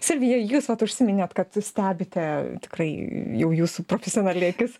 silvija jūs užsiminėt kad stebite tikrai jau jūsų profesionali akis